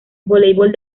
voleibol